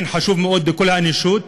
אכן יום חשוב מאוד לכל האנושות,